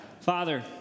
Father